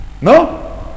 No